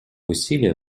усилия